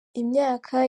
imyaka